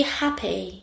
happy